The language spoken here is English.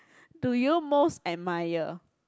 do you most admire